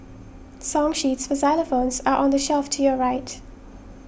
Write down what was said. song sheets for xylophones are on the shelf to your right